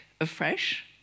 afresh